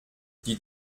die